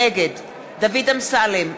נגד דוד אמסלם,